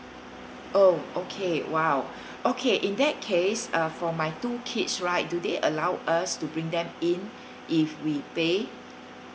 oh okay !wow! okay in that case uh for my two kids right do they allow us to bring them in if we pay